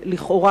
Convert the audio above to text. שלכאורה,